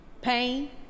Pain